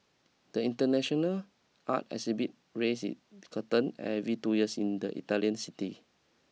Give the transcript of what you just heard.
the international art exhibit raise it curtain every two years in the Italian city